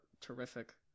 terrific